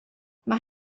mae